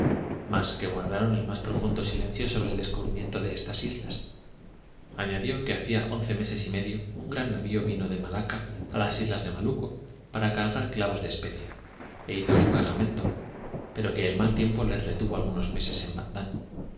mas que guardaron el más profundo silencio sobre el descubrimiento de estas islas añadió que hacía once meses y medio un gran navio vino de malaca a las islas malucco para cargar clavos de especia e hizo su cargamento pero que el mal tiempo les retuvo algunos meses en bandán